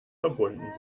verbunden